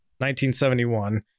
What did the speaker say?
1971